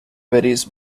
varies